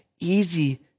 easy